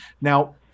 now